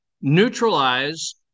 neutralize